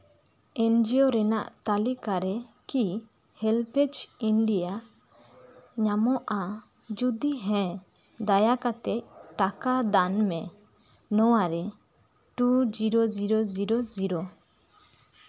NGO ᱨᱮᱱᱟᱜ ᱛᱟᱞᱤᱠᱟ ᱨᱮ ᱠᱤ ᱦᱮᱞᱯᱮᱡᱽ ᱤᱱᱰᱤᱭᱟ ᱧᱟᱢᱚᱜᱼᱟ ᱡᱚᱫᱤ ᱦᱮᱸ ᱫᱟᱭᱟ ᱠᱟᱛᱮᱫ ᱴᱟᱠᱟ ᱫᱟᱱ ᱢᱮ ᱱᱚᱶᱟ ᱨᱮ two zero zero zero zero zero